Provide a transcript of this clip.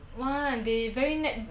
one they very nag